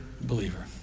believer